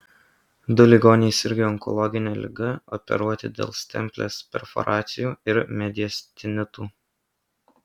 du ligoniai sirgę onkologine liga operuoti dėl stemplės perforacijų ir mediastinitų